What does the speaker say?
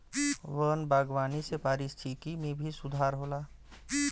वन बागवानी से पारिस्थिकी में भी सुधार होला